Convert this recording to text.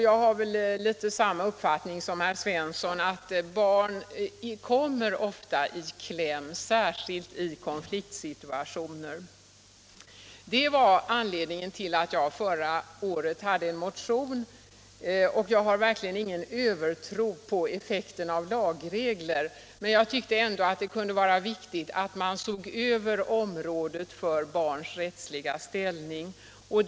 Jag har i viss mån samma uppfattning som herr Svensson i Malmö, att barn ofta kommer i kläm, särskilt i konfliktsituationer. Det var anledningen till att jag förra året väckte en motion, och jag har verkligen ingen övertro på effekterna av lagregler. Jag tyckte ändå att det kunde vara viktigt att man såg över området för barns rättsliga ställning.